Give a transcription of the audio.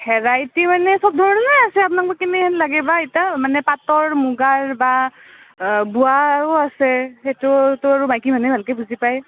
variety মানে চব ধৰণৰে আছে আপনাক কেনেহেন লাগে বা মানে পাতৰ মুগাৰ বা বোৱাও আছে সেইটো মাইকী মানুহে ভালকৈ বুজি পায়